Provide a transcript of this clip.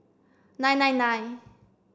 nine nine nine